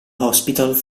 hospital